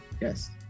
yes